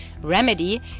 remedy